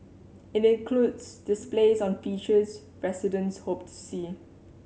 it includes displays on features residents hope to see